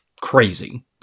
crazy